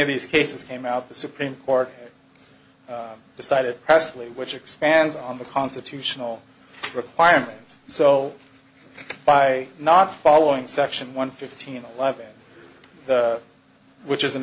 of these cases came out the supreme court decided pressley which expands on the constitutional requirements so by not following section one fifteen eleven which is an